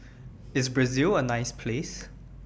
IS Brazil A nice Place